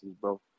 bro